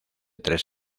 tres